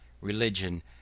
religion